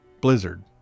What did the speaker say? Blizzard